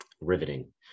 Riveting